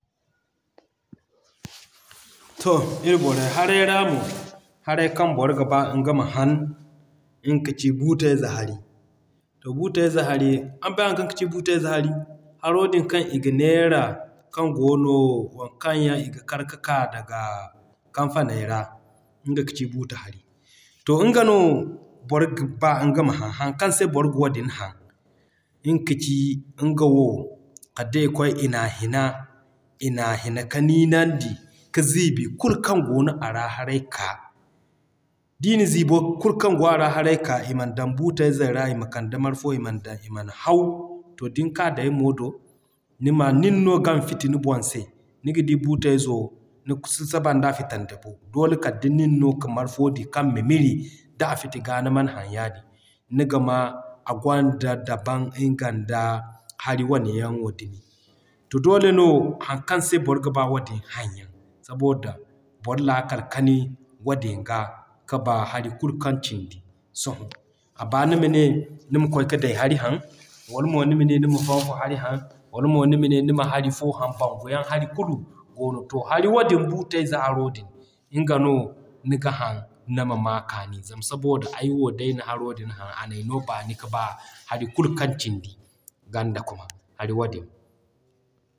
To ir borey Haray ra mo, haray kaŋ boro ga baa nga ma haŋ nga ka ci buutay ze hari. To Buutay ze hari, araŋ bay haŋ kaŋ kaci buutay ze hari? Haro din kaŋ i ga neera kaŋ goono waŋ kaŋ yaŋ i ga kar ka k'a daga kanfaney ra nga kaci Buuta hari. To nga no boro ga baa nga ma haŋ. Haŋ kaŋ se boro ga wadin haŋ nga kaci nga wo kala d'i kwaay ina hina, ina hina ka niinan di ka ziibi kulu kaŋ goono a ra haray ka. Da i na ziibo kulu kaŋ goo a ra haray k'a, i m'an dan buutay ze ra, i ma kande marfo i man haw, din k'a daymo do nima nin no gana fiti ni boŋ se. Niga di buutay zo ni si sabanda fitante fo, doole kala nin no ga marfo din kaŋ mimiri g'a fiti gaa niman haŋ yaadin. Niga maa a gonda daban nga nda hari wane yaŋ wo dumi. To doole no haŋ kaŋ se boro ga baa wadin haŋ yaŋ, saboda boro laakal kani wadin ga ka b'a hari kulu kaŋ cindi sohõ. A b'a nima ne niga kwaay ka Day hari haŋ wala mo nima ne nima honho hari haŋ, wala mo nima ne nima hari fo haŋ Bangu yaŋ hari kulu goono. To Hari wadin buutay ze haro din nga no niga haŋ nima maa kaani zama saboda ay wo day na haro din haŋ, a n'ay no baani ka baa hari kulu kaŋ cindi ganda kuma hari wadin.